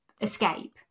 escape